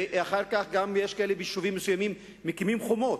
וגם יש כאלה, ביישובים מסוימים מקימים חומות.